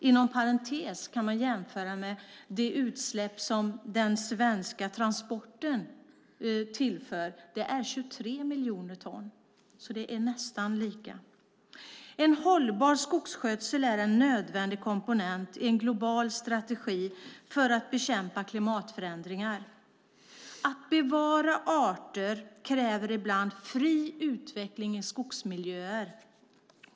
Inom parentes kan det jämföras med utsläppen från svenska transporter som är 23 miljoner ton, så det är nästan lika. En hållbar skogsskötsel är en nödvändig komponent i en global strategi för att bekämpa klimatförändringar. Att bevara arter kräver ibland fri utveckling i skogsmiljöer.